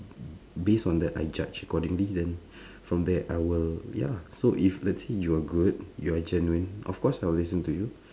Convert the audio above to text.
base on that I judge accordingly then from there I will ya lah so if let's say you are good you are genuine of course I will listen to you